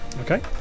Okay